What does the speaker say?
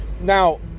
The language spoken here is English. Now